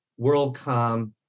WorldCom